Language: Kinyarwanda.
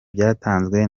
byatanzwe